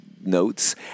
notes